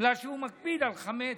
בגלל שהוא מקפיד על חמץ.